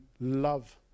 love